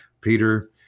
Peter